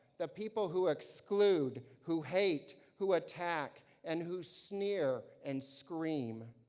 the people who exclude, who hate, who attack and who sneer and scream.